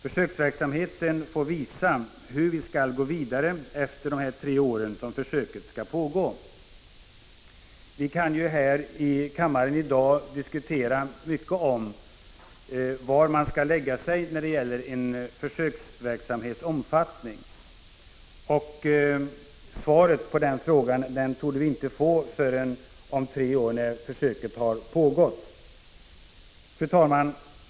Försöksverksamheten får visa hur vi skall gå vidare efter de tre år som försöket skall pågå. Vi kan här i kammaren i dag länge diskutera vilken nivå försöksverksamhetens omfattning bör ligga på. Svaret på den frågan torde vi inte få förrän om tre år, när försöket är slutfört. Fru talman!